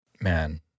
man